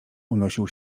unosił